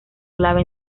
clave